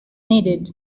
needed